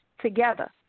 together